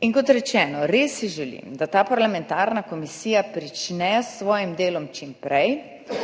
Kot rečeno, res si želim, da ta parlamentarna komisija prične s svojim delom čim prej,